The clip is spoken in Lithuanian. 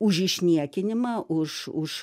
už išniekinimą už už